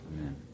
Amen